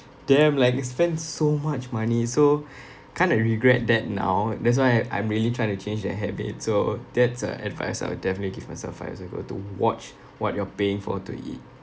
damn like I spend so much money so kind of regret that now that's why I~ I'm really trying to change that habit so that's a advice I'll definitely give myself five years ago to watch what you are paying for to eat